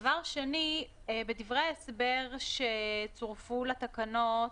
דבר שני, בדברי ההסבר שצורפו לתקנות